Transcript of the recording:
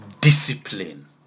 Discipline